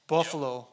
Buffalo